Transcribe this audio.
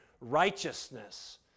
righteousness